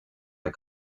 der